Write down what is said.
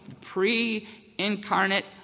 pre-incarnate